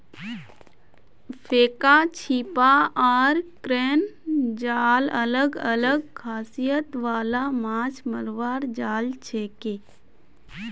फेका छीपा आर क्रेन जाल अलग अलग खासियत वाला माछ मरवार जाल छिके